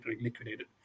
liquidated